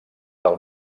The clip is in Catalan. del